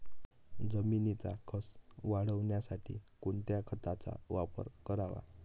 जमिनीचा कसं वाढवण्यासाठी कोणत्या खताचा वापर करावा?